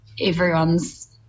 everyone's